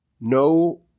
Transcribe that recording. No